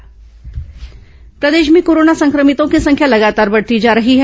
corona मरीज प्रदेश में कोरोना संक्रमितों की संख्या लगातार बढ़ती जा रही है